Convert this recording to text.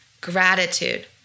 gratitude